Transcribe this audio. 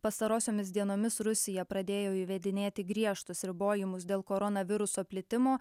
pastarosiomis dienomis rusija pradėjo įvedinėti griežtus ribojimus dėl koronaviruso plitimo